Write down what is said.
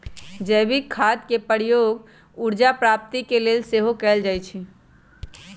जैविक खाद के प्रयोग ऊर्जा प्राप्ति के लेल सेहो कएल जाइ छइ